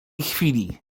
chwili